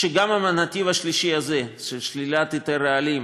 שגם אם הנתיב השלישי של שלילת היתר רעלים